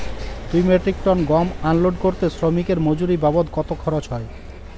দুই metric ton গম unload করতে শ্রমিক এর মজুরি বাবদ কত খরচ হয়?